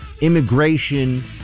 immigration